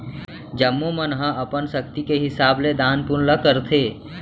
जम्मो मन ह अपन सक्ति के हिसाब ले दान पून ल करथे